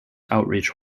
outreach